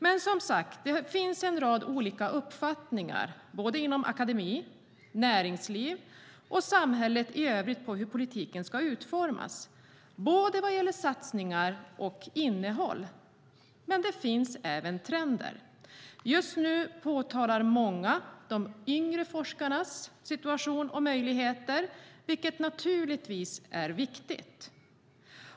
Det finns som sagt en rad olika uppfattningar inom akademi, näringsliv och samhälle i övrigt om hur politiken ska utformas, både vad gäller satsningar och innehåll. Det finns även trender. Just nu påtalar många de yngre forskarnas situation och möjligheter, vilket naturligtvis är viktigt.